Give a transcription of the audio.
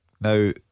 Now